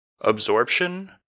Absorption